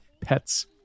pets